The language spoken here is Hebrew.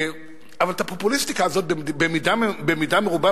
אבל את הפופוליסטיקה הזאת במידה מרובה